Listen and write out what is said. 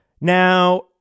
Now